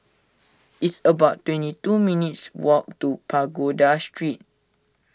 it's about twenty two minutes' walk to Pagoda Street